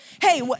hey